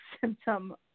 symptom